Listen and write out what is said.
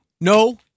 No